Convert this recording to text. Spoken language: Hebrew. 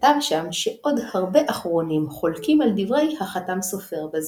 וכתב שם שעוד הרבה אחרונים חולקים על דברי החתם סופר בזה.